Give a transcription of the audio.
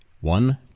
one